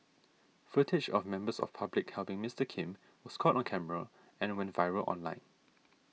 footage of members of public helping Mister Kim was caught on camera and went viral online